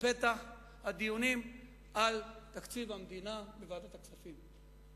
בפתח הדיונים על תקציב המדינה בוועדת הכספים,